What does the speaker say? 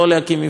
בבקשה,